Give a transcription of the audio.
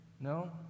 No